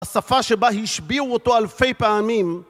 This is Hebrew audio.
השפה שבה השביעו אותו אלפי פעמים.